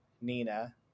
Nina